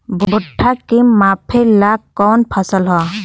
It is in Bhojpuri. भूट्टा के मापे ला कवन फसल ह?